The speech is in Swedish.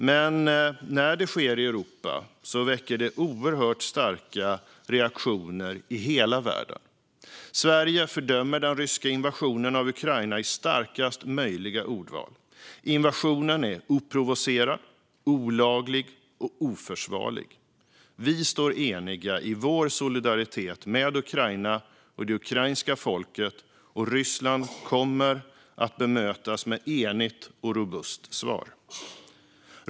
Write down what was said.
Men när det sker i Europa väcker det oerhört starka reaktioner i hela världen. Sverige fördömer den ryska invasionen av Ukraina i starkast möjliga ordalag. Invasionen är oprovocerad, olaglig och oförsvarlig. Vi står eniga i vår solidaritet med Ukraina och det ukrainska folket, och Ryssland kommer att mötas av ett enigt och robust svar.